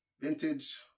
vintage